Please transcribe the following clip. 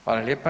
Hvala lijepa.